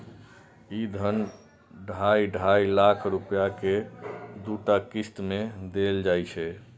ई धन ढाइ ढाइ लाख रुपैया के दूटा किस्त मे देल जाइ छै